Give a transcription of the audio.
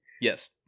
Yes